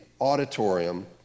auditorium